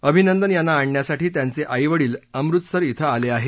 अभिनंदन यांना आणण्यासाठी त्यांचे आईवडील अमृतसर ॐ आले आहेत